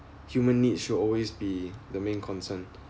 human needs should always be the main concern